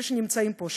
אלה שנמצאים פה,